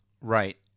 Right